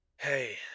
Hey